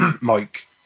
Mike